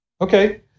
Okay